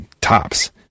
Tops